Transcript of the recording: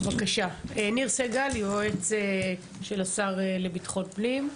בבקשה, ניר סגל, יועץ של השר לביטחון הפנים.